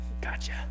Gotcha